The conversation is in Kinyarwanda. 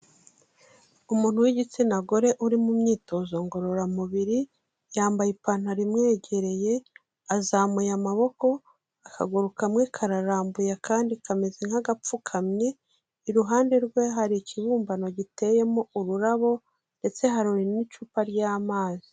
Umuntu w'igitsina gore uri mu myitozo ngororamubiri, yambaye ipantaro imwegereye, azamuye amaboko, akaguru kamwe kararambuye akandi kameze nk'agapfukamye, iruhande rwe hari ikibumbano giteyemo ururabo ndetse hari n'icupa ry'amazi.